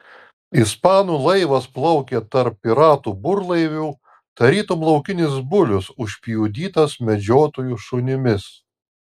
ispanų laivas plaukė tarp piratų burlaivių tarytum laukinis bulius užpjudytas medžiotojų šunimis